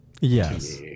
Yes